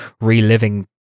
reliving